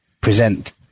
present